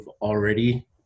already